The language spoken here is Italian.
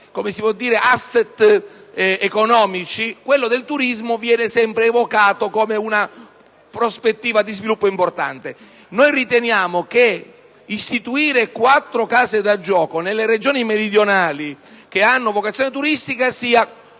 pochissimi *asset* economici, e quello del turismo viene sempre evocato come una prospettiva di sviluppo importante. Riteniamo che istituire quattro case da gioco nelle Regioni meridionali che hanno vocazione turistica sia giusto e